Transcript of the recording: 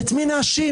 את מי נאשים?